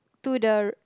to the r~